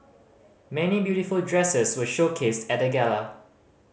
many beautiful dresses were showcased at the gala